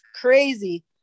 crazy